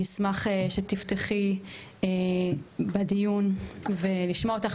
אני אשמח שתפתחי בדיון ולשמוע אותך.